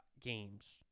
games